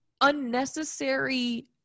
unnecessary